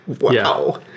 Wow